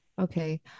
Okay